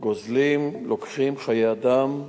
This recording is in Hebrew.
גוזלים, לוקחים חיי אדם.